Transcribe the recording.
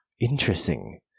interesting